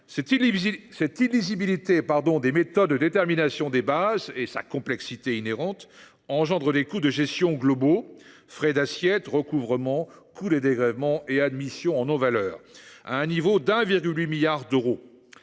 Cette illisibilité des méthodes de détermination des bases et sa complexité inhérente engendrent des coûts de gestion globaux – frais d’assiette, recouvrement, coût des dégrèvements et admissions en non-valeur –, à un niveau de 1,8 milliard d’euros.